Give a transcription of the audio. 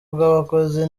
bw’abakozi